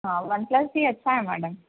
ہاں OnePlus ہی اچھا ہے میڈم